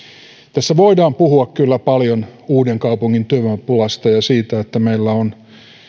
tässä voidaan puhua kyllä paljon uudenkaupungin työvoimapulasta ja siitä että meillä on